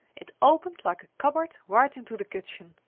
it opened like a cupboard right into the kitchen,